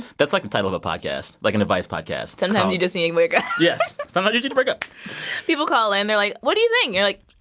that's like the title of a podcast like, an advice podcast sometimes you just need to break up yes, sometimes you need to break up people call in. they're like, what do you think? you're like.